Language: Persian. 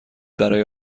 برای